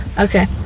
Okay